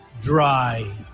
dry